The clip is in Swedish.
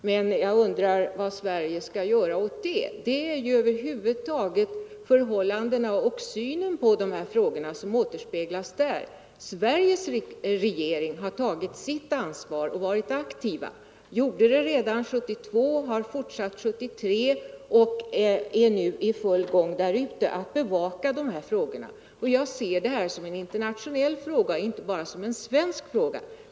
Men jag undrar vad Sverige skall göra åt det. Det är ju över huvud Nr 130 taget de rådande förhållandena och synen på dessa frågor som återspeglas Torsdagen den i FN. Sveriges regering har tagit sitt ansvar och varit aktiv. Man har 28 november 1974 varit det redan 1972, har fortsatt 1973 och är nu i full gång med att därute bevaka den här frågan. Jag ser detta som en internationell fråga — Jämställdhet och inte bara som en svensk fråga.